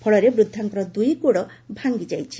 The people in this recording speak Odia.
ଫଳରେ ବୃଦ୍ଧାଙ୍କର ଦୁଇ ଗୋଡ଼ ଭାଙ୍ଗିଯାଇଛି